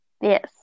Yes